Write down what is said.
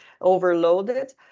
overloaded